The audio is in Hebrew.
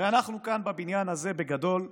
הרי אנחנו כאן בבניין הזה, בגדול,